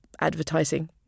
advertising